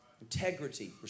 Integrity